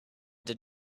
did